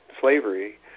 slavery